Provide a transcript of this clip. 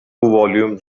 volumes